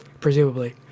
presumably